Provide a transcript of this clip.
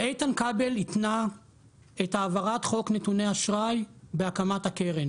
ואיתן כבל התנה את העברת חוק נתוני אשראי בהקמת הקרן.